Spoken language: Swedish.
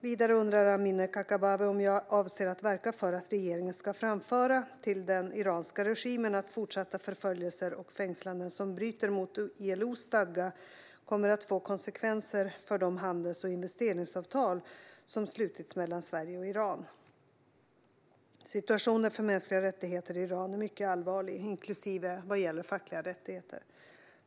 Vidare undrar Amineh Kakabaveh om jag avser att verka för att regeringen ska framföra till den iranska regimen att fortsatta förföljelser och fängslanden som bryter mot ILO:s stadga kommer att få konsekvenser för de handels och investeringsavtal som slutits mellan Sverige och Iran. Svar på interpellationer Situationen för mänskliga rättigheter i Iran är mycket allvarlig, inklusive vad gäller fackliga rättigheter.